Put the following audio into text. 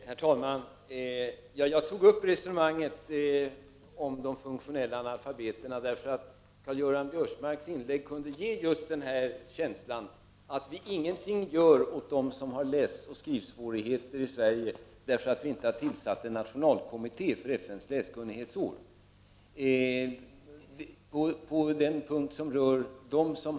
Herr talman! Jag tog upp resonemanget om de funktionella analfabeterna därför att Karl-Göran Biörsmarks inlägg kunde ge just känslan av att vi ingenting gör för dem som har läsoch skrivsvårigheter i Sverige eftersom vi inte har tillsatt en nationell kommitté för FN:s läskunnighetsår.